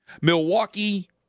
Milwaukee